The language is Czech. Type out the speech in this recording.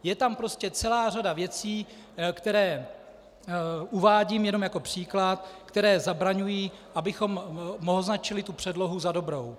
Je tam prostě celá řada věcí, které uvádím jenom jako příklad, které zabraňují, abychom označili tu předlohu za dobrou.